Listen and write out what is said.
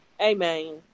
Amen